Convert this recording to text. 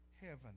heaven